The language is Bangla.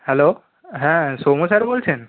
হ্যালো হ্যাঁ সৌম্য স্যার বলছেন